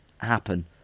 happen